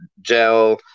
gel